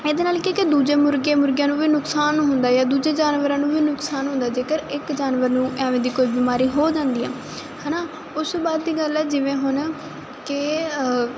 ਇਹਦੇ ਨਾਲ ਕੀ ਕਿ ਦੂਜੇ ਮੁਰਗੇ ਮੁਰਗਿਆਂ ਨੂੰ ਵੀ ਨੁਕਸਾਨ ਹੁੰਦਾ ਜਾ ਦੂਜੇ ਜਾਨਵਰਾਂ ਨੂੰ ਵੀ ਨੁਕਸਾਨ ਹੁੰਦਾ ਜੇਕਰ ਇੱਕ ਜਾਨਵਰ ਨੂੰ ਐਵੇਂ ਦੀ ਕੋਈ ਬਿਮਾਰੀ ਹੋ ਜਾਂਦੀ ਆ ਹਨਾ ਉਸ ਤੋਂ ਬਾਅਦ ਦੀ ਗੱਲ ਹੈ ਜਿਵੇਂ ਹੁਣ ਕਿ